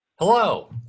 Hello